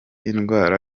indwara